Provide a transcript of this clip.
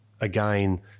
again